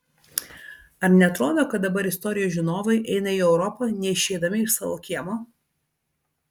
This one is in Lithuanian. ar neatrodo kad dabar istorijos žinovai eina į europą neišeidami iš savo kiemo